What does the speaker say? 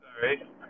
Sorry